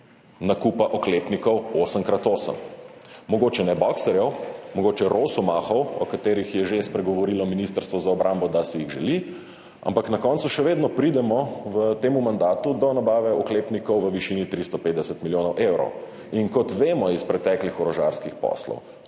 nakupa oklepnikov 8x8, mogoče ne boxerjev, mogoče rosomahov, o katerih je že spregovorilo Ministrstvo za obrambo, da si jih želi, ampak na koncu še vedno pridemo v tem mandatu do nabave oklepnikov v višini 350 milijonov evrov. In kot vemo iz preteklih orožarskih poslov,